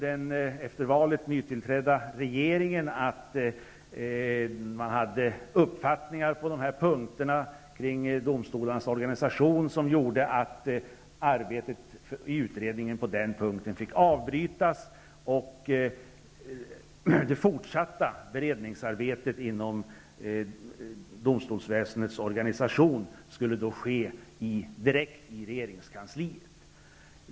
Den efter valet nytillträdda regeringen fann att man hade uppfattningar på dessa punkter kring domstolarnas organisation som gjorde att arbetet i utredningen på den punkten fick avbrytas. Det fortsatta beredningsarbetet inom domstolsväsendets organisation skulle då ske direkt i regeringskansliet.